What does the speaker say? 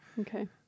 Okay